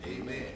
Amen